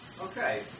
Okay